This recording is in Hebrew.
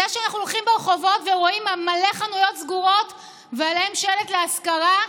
זה שאנחנו הולכים ברחובות ורואים מלא חנויות סגורות ועליהן שלט "להשכרה"